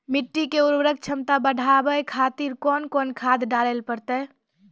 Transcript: मिट्टी के उर्वरक छमता बढबय खातिर कोंन कोंन खाद डाले परतै?